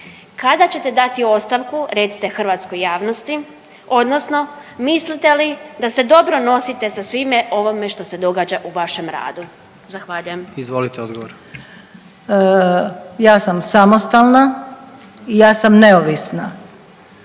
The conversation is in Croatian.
Kada ćete dati ostavku, recite hrvatskoj javnosti, odnosno mislite li da se dobro nosite sa svime ovome što se događa u vašem radu? **Jandroković, Gordan (HDZ)** Izvolite odgovor. **Hrvoj-Šipek, Zlata** Ja sam samostalna i ja sam neovisna.